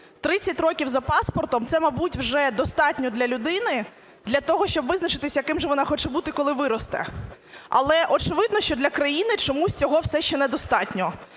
30 років за паспортом – це, мабуть, вже достатньо для людини для того, щоб визначитися, ким же вона хоче бути, коли виросте. Але, очевидно, що для країни чомусь цього все ще недостатньо,